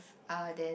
ah then